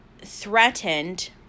threatened